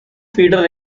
feeder